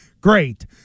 Great